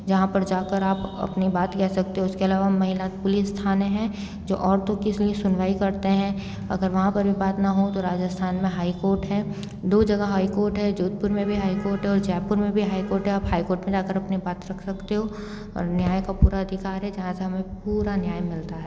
जहाँ पर जाकर आप अपनी बात कह सकते हो उसके अलावा महिला पुलिस थाने हैं जो औरतों की इसलिए सुनवाई करते हैं अगर वहाँ पर भी बात ना हो तो राजस्थान में हाईकोर्ट है दो जगह हाईकोर्ट है जोधपुर में भी हाईकोर्ट है और जयपुर में भी हाईकोर्ट है आप हाईकोर्ट में आकर अपनी बात रख सकते हो और न्याय का पूरा अधिकार है जहाँ पे हमें पूरा न्याय मिलता है